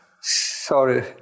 Sorry